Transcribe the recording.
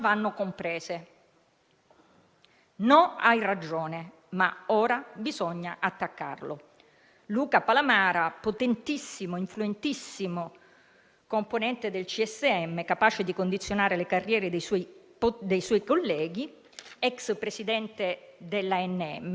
dunque queste parole e ogni parola ha un senso. Prima dice: «Hai ragione», quindi io Palamara reputo che è vero che Salvini interviene affinché non ci siano ingressi illegittimi, è vero che sta facendo il suo dovere (e forse è anche vero: cosa c'entra la procura di Agrigento?),